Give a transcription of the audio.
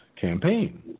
campaign